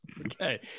okay